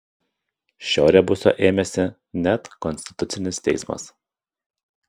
šio rebuso ėmėsi net konstitucinis teismas